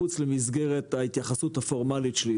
מחוץ למסגרת ההתייחסות הפורמלית שלי,